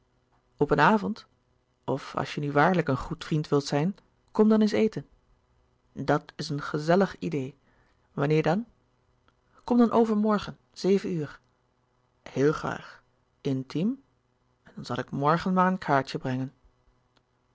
op een avond of als je nu waarlijk een louis couperus de boeken der kleine zielen goed vriend wilt zijn kom dan eens eten dat is een gezellig idee wanneer dan kom dan overmorgen zeven uur heel graag intiem en dan zal ik morgen maar een kaartje brengen